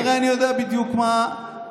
הרי אני יודע בדיוק מה הדברים.